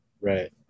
Right